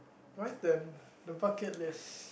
my turn the bucket list